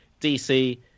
DC